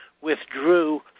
withdrew